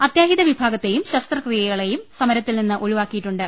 അത്യാഹിത വിഭാഗത്തെയും ശസ്ത്രക്രിയകളെയും സമരത്തിൽ നിന്ന് ഒഴിവാക്കിയിട്ടുണ്ട്